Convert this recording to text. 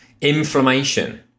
inflammation